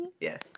Yes